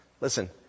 Listen